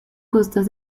costas